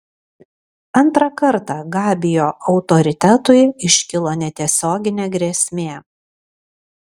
antrą kartą gabio autoritetui iškilo netiesioginė grėsmė